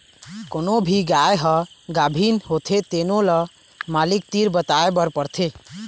कोनो भी गाय ह गाभिन होथे तेनो ल मालिक तीर बताए बर परथे